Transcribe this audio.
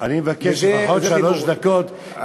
אני מבקש לפחות שלוש דקות,